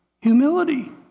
humility